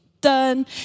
done